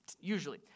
usually